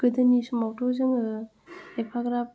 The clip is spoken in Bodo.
गोदोनि समावथ' जोङो एफाग्राब